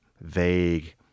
vague